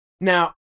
Now